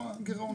ההנחות.